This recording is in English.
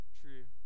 true